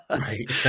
Right